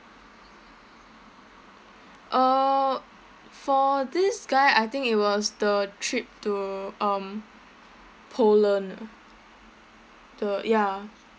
uh for this guy I think it was the trip to um poland the ya